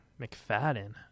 McFadden